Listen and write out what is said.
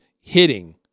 hitting